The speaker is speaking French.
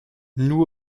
nous